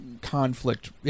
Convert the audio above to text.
conflict